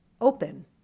open